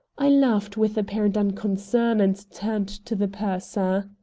i laughed with apparent unconcern, and turned to the purser.